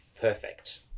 perfect